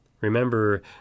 Remember